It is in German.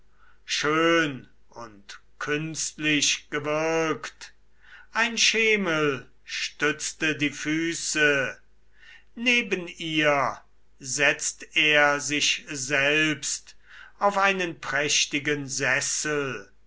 schön und künstlichgewirkt ein schemel stützte die füße neben ihr setzt er sich selbst auf einen prächtigen sessel